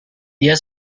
dia